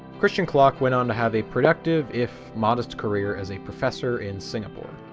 christian kloc went on to have a productive if modest career as a professor in singapore.